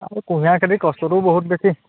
আৰু কুঁহিয়াৰ খেতি কষ্টটোও বহুত বেছি